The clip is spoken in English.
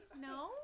No